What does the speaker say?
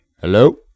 Hello